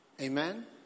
Amen